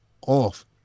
off